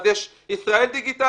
אז יש ישראל דיגיטלית,